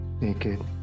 naked